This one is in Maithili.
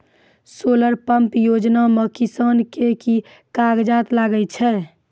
सोलर पंप योजना म किसान के की कागजात लागै छै?